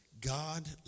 God